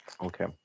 Okay